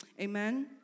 Amen